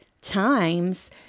times